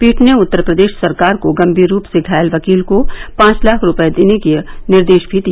पीठ ने उत्तरप्रदेश सरकार को गंभीर रूप से घायल वकील को पांच लाख रूपये देने का निर्देश भी दिया